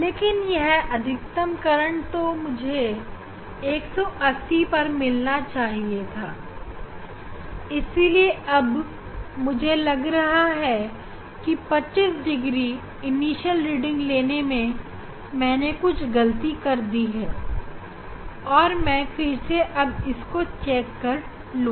लेकिन यह अधिकतम करंट तो मुझे 180 पर मिलना चाहिए था इसीलिए अब मुझे लग रहा है कि 25 डिग्री इनिशियल रीडिंग लेने में मैंने कुछ गलती की है और मैं फिर से इसको चेक कर लूँगा